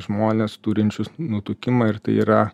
žmones turinčius nutukimą ir tai yra